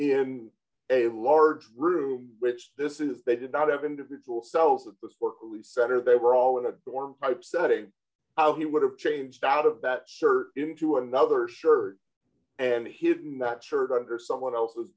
in a large room which this is they did not have individual cells at the sparkly center they were all in a dorm type setting how he would have changed out of that shirt into another shirt and hidden that shirt under someone else's